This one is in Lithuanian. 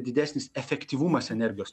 didesnis efektyvumas energijos